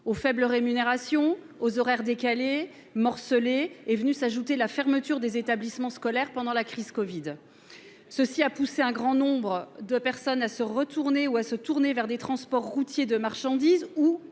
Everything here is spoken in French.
Aux faibles rémunérations, aux horaires décalés et morcelés, s'est ajoutée la fermeture des établissements scolaires pendant la crise du covid. Cela a poussé un grand nombre de personnes à retourner ou à se tourner vers le transport routier de marchandises ou